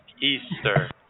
Easter